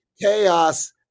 chaos